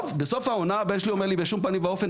בסוף העונה הבן שלי אומר לי: בשום פנים ואופן,